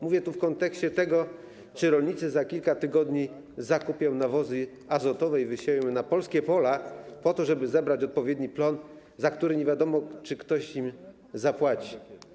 Mówię to w kontekście tego, czy rolnicy za kilka tygodni zakupią nawozy azotowe i wysieją je na polskie pola po to, żeby zebrać odpowiedni plon, za który nie wiadomo, czy ktoś im zapłaci.